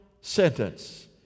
sentence